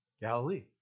Galilee